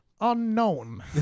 Unknown